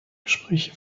gespräche